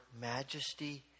majesty